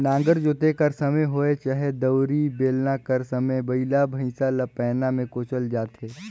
नांगर जोते कर समे होए चहे दउंरी, बेलना कर समे बइला भइसा ल पैना मे कोचल जाथे